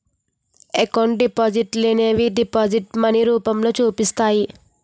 account డిపాజిట్లనేవి digital money రూపంలో చూపిస్తాయి